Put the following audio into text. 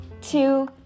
two